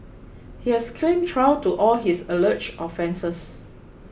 he has claimed trial to all his alleged offences